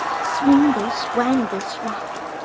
swingle, swangle, swuff!